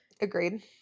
agreed